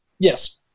Yes